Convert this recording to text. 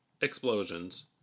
explosions